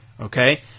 okay